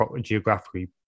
geographically